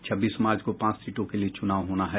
छब्बीस मार्च को पांच सीटों के लिये चुनाव होना है